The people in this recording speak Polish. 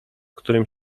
którym